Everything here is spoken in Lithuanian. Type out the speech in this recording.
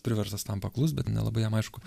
priverstas tam paklust bet nelabai jam aišku